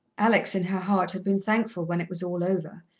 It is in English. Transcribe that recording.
alex, in her heart, had been thankful when it was all over,